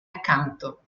accanto